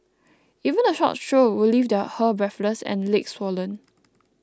even a short stroll would leave her breathless and legs swollen